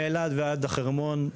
מאילת ועד חרמון.